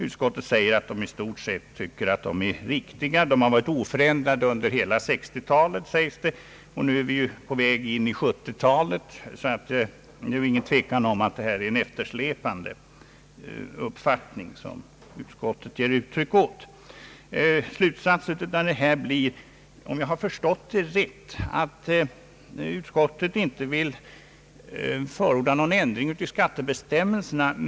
Utskottet anser att de i stort sett är riktiga. De har varit oförändrade under hela 1960-talet, sägs det. Nu är vi på väg in i 1970-talet, och det råder inte något tvivel om att det är en eftersläpande uppfattning som utskottet ger uttryck åt. Slutsatsen blir, om jag har förstått utskottet rätt, att utskottet inte vill förorda någon ändring i skattebstämmelserna.